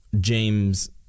James